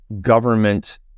government